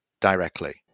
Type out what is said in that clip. directly